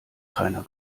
keiner